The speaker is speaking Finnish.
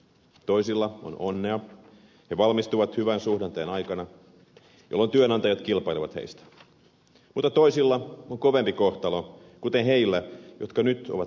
toisilla on onnea he valmistuvat hyvän suhdanteen aikana jolloin työnantajat kilpailevat heistä mutta toisilla on kovempi kohtalo kuten heillä jotka nyt ovat astumassa työmarkkinoille